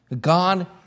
God